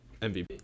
MVP